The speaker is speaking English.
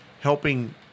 helping